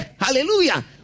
Hallelujah